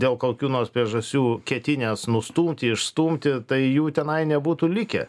dėl kokių nors priežasčių ketinęs nustumti išstumti tai jų tenai nebūtų likę